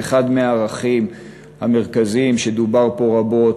ואחד הערכים המרכזיים שדובר בו רבות